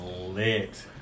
lit